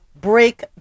break